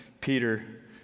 Peter